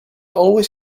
always